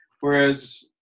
Whereas